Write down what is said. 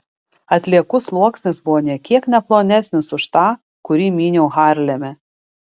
atliekų sluoksnis buvo nė kiek ne plonesnis už tą kurį myniau harleme